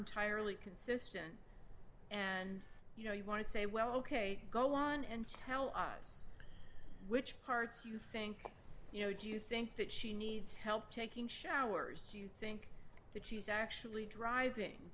entirely consistent and you know you want to say well ok go on and tell us which parts you think you know do you think that she needs help taking showers do you think that she's actually driving